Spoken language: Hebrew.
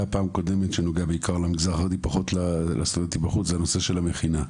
בפעם הקודמת שנוגע בעיקר למגזר החרדי ופחות לסטודנטים בחוץ נושא המכינה.